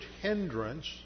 hindrance